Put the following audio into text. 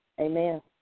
Amen